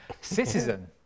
citizen